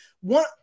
One